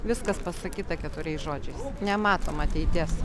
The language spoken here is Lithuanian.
viskas pasakyta keturiais žodžiais nematom ateities